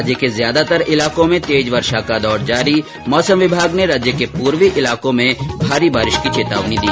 राज्य के ज्यादातार इलाकों में तेज वर्षा का दौर जारी मौसम विमाग ने राज्य के पूर्वी इलाकों में भारी बारिश की चेतावनी दी